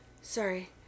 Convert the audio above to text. sorry